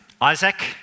Isaac